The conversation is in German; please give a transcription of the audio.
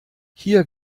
hier